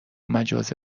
مجازی